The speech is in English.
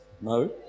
No